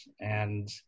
and-